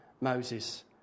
Moses